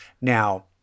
Now